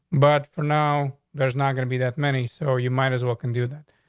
but for now, there's not gonna be that many, so you might as well can do that?